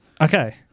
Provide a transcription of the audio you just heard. Okay